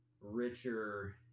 richer